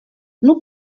nous